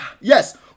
Yes